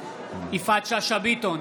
יפעת שאשא ביטון,